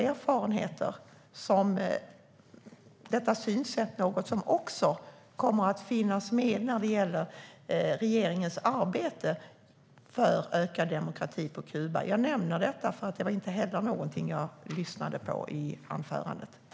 Är detta synsätt något som också kommer att finnas med i regeringens arbete för ökad demokrati på Kuba? Jag nämner detta eftersom jag heller inte hörde något om detta i anförandet.